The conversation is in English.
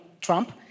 Trump